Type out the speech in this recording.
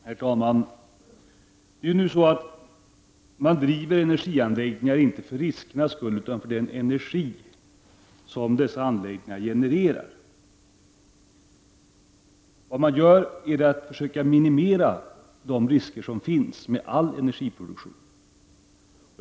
Herr talman! Man driver energianläggningar inte för riskernas skull utan för den energi som dessa anläggningar genererar. Vad man gör är att försöka minimera de risker som finns med all energiproduktion.